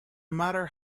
matter